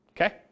Okay